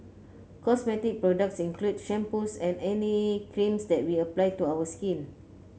cosmetic products include shampoos and any creams that we apply to our skin